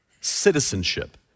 Citizenship